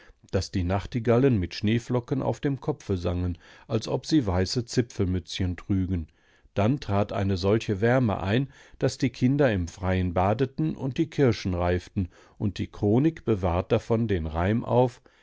daß die nachtigallen mit schneeflocken auf dem kopfe sangen als ob sie weiße zipfelmützchen trügen dann trat eine solche wärme ein daß die kinder im freien badeten und die kirschen reiften und die chronik bewahrt davon den reim auf